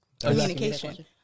Communication